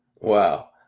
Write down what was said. Wow